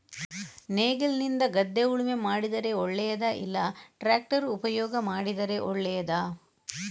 ನೇಗಿಲಿನಿಂದ ಗದ್ದೆ ಉಳುಮೆ ಮಾಡಿದರೆ ಒಳ್ಳೆಯದಾ ಇಲ್ಲ ಟ್ರ್ಯಾಕ್ಟರ್ ಉಪಯೋಗ ಮಾಡಿದರೆ ಒಳ್ಳೆಯದಾ?